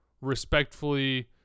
respectfully